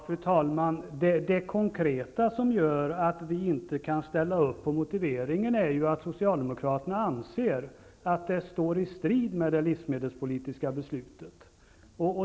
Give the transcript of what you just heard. Fru talman! Den konkreta orsaken till att vi inte kan ställa upp på motiveringen är att Socialdemokraterna anser att förslagen står i strid med det livsmedelspolitiska beslutet.